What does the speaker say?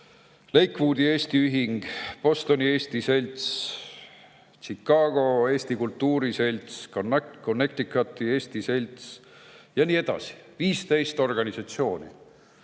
Lakewoodi Eesti Ühing, Bostoni Eesti Selts, Chicago Eesti Kultuuriselts, Connecticuti Eesti Selts ja nii edasi – 15 organisatsiooni.